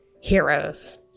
heroes